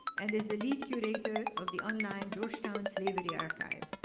and is the lead curator of the online georgetown slavery archive.